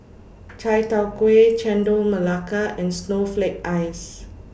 Chai Tow Kuay Chendol Melaka and Snowflake Ice